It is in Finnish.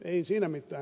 ei siinä mitään